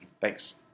Thanks